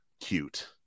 cute